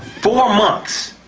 four months?